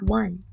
one